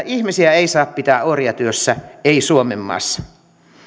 ihmisiä ei saa pitää orjatyössä ei suomenmaassa